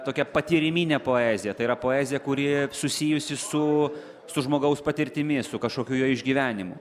tokia patyriminė poezija tai yra poezija kuri susijusi su su žmogaus patirtimi su kažkokiu jo išgyvenimu